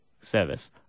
service